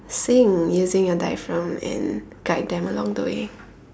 singing using the diaphragm and guide them along the way